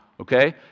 Okay